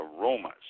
aromas